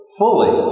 fully